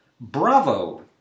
Bravo